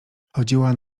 chodziła